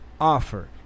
offer